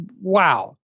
wow